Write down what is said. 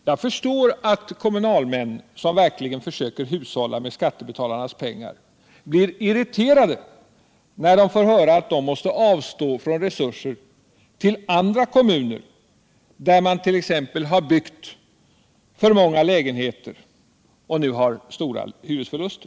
Jag förstår att kommunalmän som verkligen försöker hushålla med skattebetalarnas pengar blir irriterade när de får höra att de måste avstå från resurser till andra kommuner, där man t.ex. har byggt för många lägenheter och nu har stora hyresförluster.